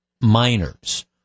minors